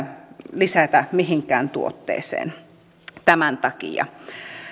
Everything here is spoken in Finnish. lisätä mihinkään tuotteeseen tämän takia